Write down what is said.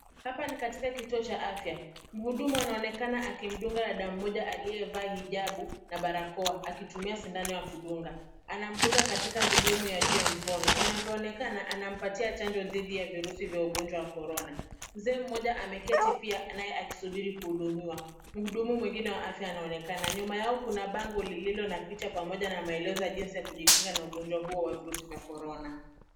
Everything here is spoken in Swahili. Hapa ni katika kituo cha afya. Mhudumu anaonekana akimdunga dada mmoja aliyevaa hijabu na barakoa akitumia sindano ya kudunga. Anamdunga katika sehemu ya juu ya mkono. Inavyoonekana anampatia chanjo dhidi ya virusi vya ugonjwa wa Korona. Mzee mmoja ameketi pia naye akisubiri kuhudumiwa. Mhudumu mwingine wa afya anaonekana. Nyuma yao kuna bango lililo na picha pamoja na maelezo ya jinsi ya kujikinga na ugonjwa huo wa virusi vya Korona.